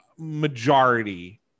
Majority